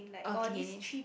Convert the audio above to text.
okay